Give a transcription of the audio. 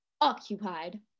Occupied